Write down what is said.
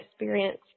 experience